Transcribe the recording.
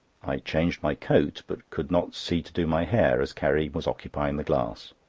i changed my coat, but could not see to do my hair, as carrie was occupying the glass.